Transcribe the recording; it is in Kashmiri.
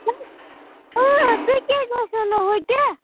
تُہۍ کیٛازِ ٲسِو نہٕ ہُتہِ